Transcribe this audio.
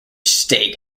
state